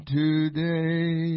today